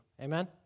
Amen